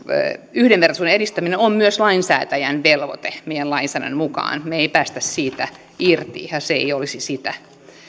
yhdenvertaisuuden edistäminen on myös lainsäätäjän velvoite meidän lainsäädäntömme mukaan me emme pääse siitä irti ja syrjintä ei olisi sitä